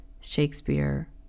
Shakespeare